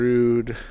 Rude